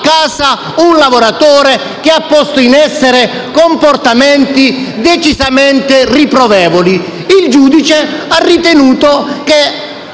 casa un lavoratore che ha posto in essere comportamenti decisamente riprovevoli. Il giudice ha ritenuto che ci